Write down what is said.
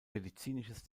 medizinisches